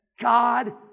God